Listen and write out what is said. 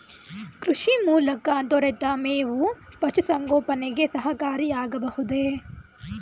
ಕೃಷಿ ಮೂಲಕ ದೊರೆತ ಮೇವು ಪಶುಸಂಗೋಪನೆಗೆ ಸಹಕಾರಿಯಾಗಬಹುದೇ?